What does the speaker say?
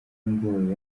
ngo